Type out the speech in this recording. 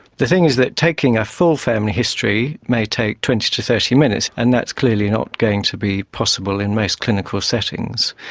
the thing is that taking a full family history may take twenty to so thirty minutes and that's clearly not going to be possible in most clinical settings.